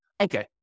Okay